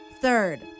Third